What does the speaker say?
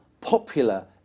popular